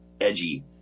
edgy